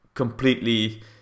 completely